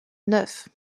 neuf